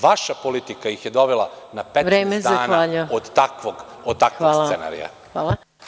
Vaša politika ih je dovela na 15 dana od takvog scenarija.